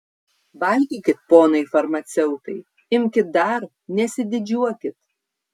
valgykit ponai farmaceutai imkit dar nesididžiuokit